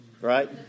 right